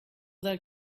that